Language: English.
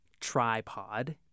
tripod